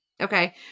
Okay